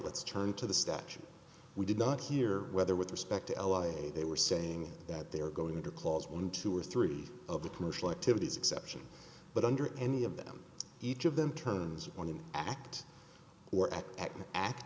let's turn to the statute we did not hear whether with respect to l a they were saying that they are going to close one two or three of the commercial activities exception but under any of them each of them turns on an act or act